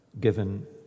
given